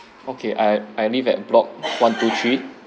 okay I I live at block one two three